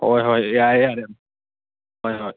ꯍꯣꯏ ꯍꯣꯏ ꯌꯥꯔꯦ ꯌꯥꯔꯦ ꯍꯣꯏ ꯍꯣꯏ